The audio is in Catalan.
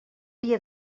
dia